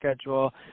schedule